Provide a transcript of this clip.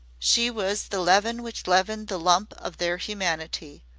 she was the leaven which leavened the lump of their humanity.